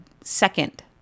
second